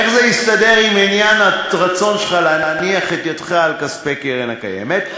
אז איך זה יסתדר עם עניין הרצון שלך להניח את ידך על כספי הקרן הקיימת,